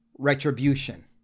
Retribution